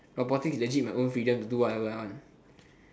robotics legit my own freedom to do what I want